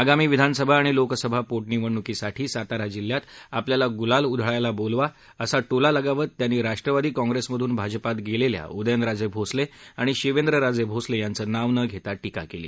आगामी विधानसभा आणि लोकसभा पोटनिवडणुकीसाठी साताऱा जिल्ह्यात आपल्याला गुलाल उधळायला बोलवा असा टोला लगावत त्यांनी राष्ट्रवादी काँग्रेसमधून भाजपात गेलेल्या उदयनराजे भोसले आणि शिवेंद्रराजे भोसले यांचं नाव न घेता टीका केली